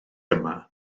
yma